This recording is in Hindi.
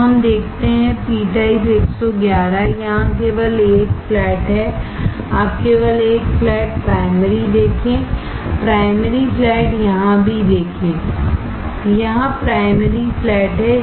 तो हम देखते हैं पी टाइप 111 यहां केवल 1 फ्लैट है आप केवल 1 फ्लैट प्राइमरी देखें प्राइमरी फ्लैट यहां भी देखें यहां प्राइमरी फ्लैट है